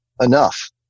enough